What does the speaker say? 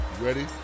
Ready